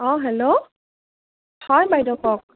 অঁ হেল্ল' হয় বাইদেউ কওক